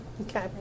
Okay